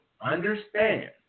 Understand